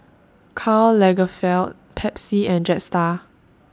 Karl Lagerfeld Pepsi and Jetstar